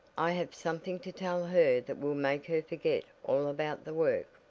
i have something to tell her that will make her forget all about the work.